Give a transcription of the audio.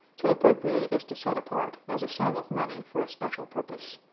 to appropriate is to set apart, as a sum of money, for a special purpose.